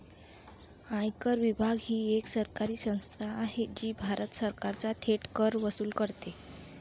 आयकर विभाग ही एक सरकारी संस्था आहे जी भारत सरकारचा थेट कर वसूल करते